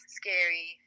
scary